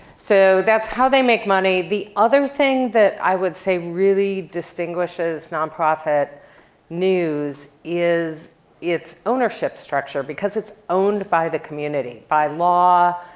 so that's how they make money. the other thing that i would say really distinguishes nonprofit news is its ownership structure. because it's owned by the community. by law,